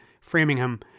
Framingham